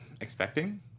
expecting